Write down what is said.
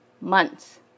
months